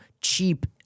cheap